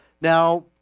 now